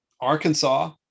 arkansas